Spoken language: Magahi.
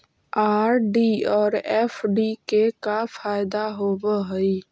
आर.डी और एफ.डी के का फायदा होव हई?